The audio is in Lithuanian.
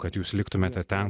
kad jūs liktumėte ten